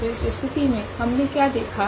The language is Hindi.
तो इस स्थिति मे हमने क्या देखा